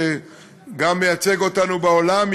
שגם מייצג אותנו בעולם,